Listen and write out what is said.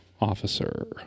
officer